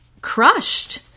crushed